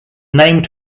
named